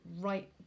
right